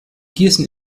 gießen